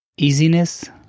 Easiness